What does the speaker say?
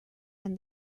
and